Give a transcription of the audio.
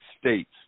states